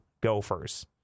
Gophers